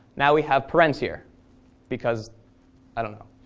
now we have parens here because i don't know.